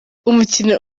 umukino